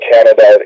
Canada